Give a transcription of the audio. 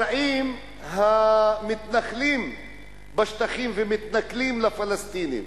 המתנחלים בשטחים מתפרעים ומתנכלים לפלסטינים.